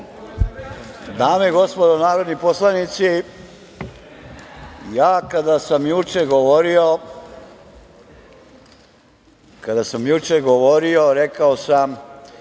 Dame i gospodo narodni poslanici, kad sam juče govorio rekao sam,